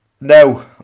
No